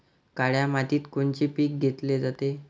काळ्या मातीत कोनचे पिकं घेतले जाते?